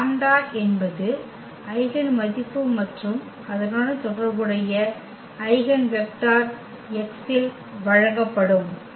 இந்த லாம்ப்டா என்பது ஐகென் மதிப்பு மற்றும் அதனுடன் தொடர்புடைய ஐகென் வெக்டர் x ஆல் வழங்கப்படும்